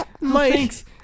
Thanks